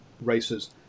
races